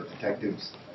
detectives